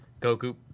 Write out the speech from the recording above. Goku